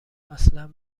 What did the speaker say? اصلن